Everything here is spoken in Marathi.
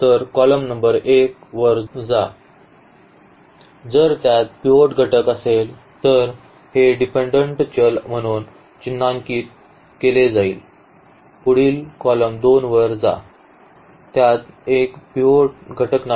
तर column नंबर 1 वर जा जर त्यात पिव्होट घटक असेल तर हे डिपेंडंट चल म्हणून चिन्हांकित केले जाईल पुढील column 2 वर जा त्यात एक पिव्होट घटक नाही